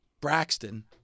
Braxton